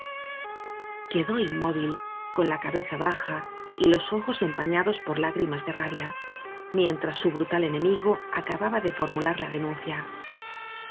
quedó inmóvil con la cabeza baja y los ojos empañados por lágrimas de rabia mien tras su brutal enemigo acababa de formular la denuncia